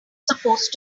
supposed